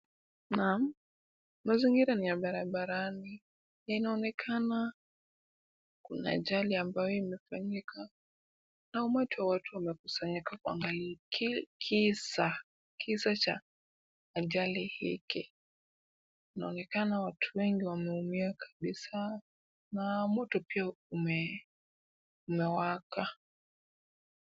Naam, mazingira ni ya barabarani. Inaonekana kuna ajali ambayo imefanyika na umati wa watu wamekusanyika kuangalia kisa cha ajali hiki. Inaonekana watu wengi wameumia kabisa na moto pia umewaka.